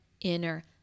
inner